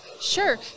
Sure